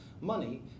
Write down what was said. money